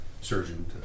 surgeon